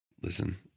Listen